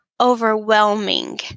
overwhelming